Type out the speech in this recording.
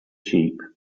sheep